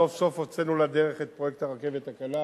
סוף-סוף הוצאנו לדרך את פרויקט הרכבת הקלה,